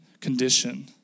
condition